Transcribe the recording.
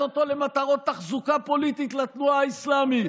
אותו למטרות תחזוקה פוליטית לתנועה האסלאמית.